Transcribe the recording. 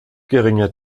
geringer